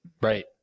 Right